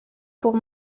pour